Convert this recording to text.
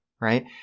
right